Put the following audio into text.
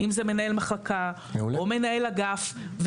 אם זה מנהל מחלקה או מנהל אגף.